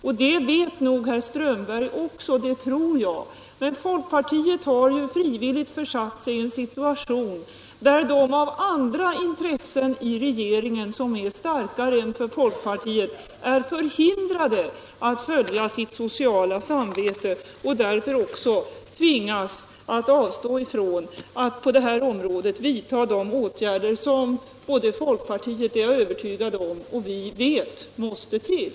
Det tror jag nog att herr Strömberg vet också, men folkpartiet har ju frivilligt försatt sig i en situation där det av andra intressen i regeringen, som är starkare än folkpartiet, blivit förhindrat att följa sitt sociala samvete. Därför tvingas folkpartiet också att avstå från att på detta område vidta de åtgärder som både det partiet — det är jag övertygad om — och vi vet måste till.